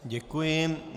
Děkuji.